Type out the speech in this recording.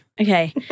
Okay